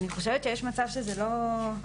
אני חושבת שיש מצב שזה לא,